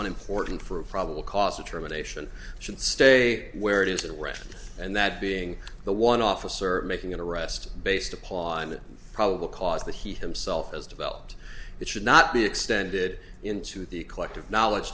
an important for a probable cause determination should stay where it is in the record and that being the one officer making an arrest based upon probable cause that he himself has developed that should not be extended into the collective knowledge